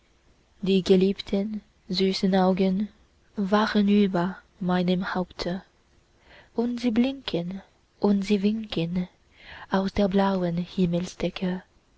die geliebten süßen augen wachen über meinem haupte und sie blinken und sie winken aus der blauen